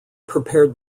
prepared